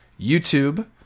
YouTube